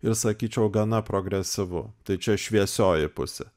ir sakyčiau gana progresyvu tai čia šviesioji pusė